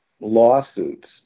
lawsuits